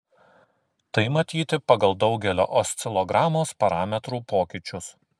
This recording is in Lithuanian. tai matyti pagal daugelio oscilogramos parametrų pokyčius